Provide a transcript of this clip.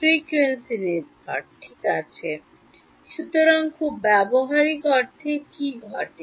frequency নির্ভর ঠিক আছে সুতরাং খুব ব্যবহারিক অর্থে কী ঘটে